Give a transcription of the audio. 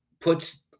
puts